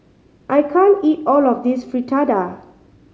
I can't eat all of this Fritada